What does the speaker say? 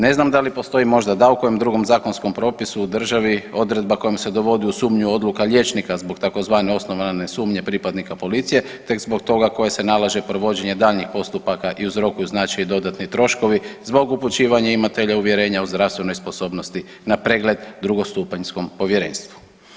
Ne znam da li postoji možda da u kojem drugom zakonskom propisu u državi odredba kojom se dovodi u sumnju odluka liječnika zbog tzv. osnovane sumnje pripadnika policije, te zbog toga koje se nalaže provođenje daljnjih postupaka i uzrokuju znači dodatni troškovi zbog upućivanja imatelja uvjerenja o zdravstvenoj sposobnosti na pregled drugostupanjskom povjerenstvu.